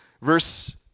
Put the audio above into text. Verse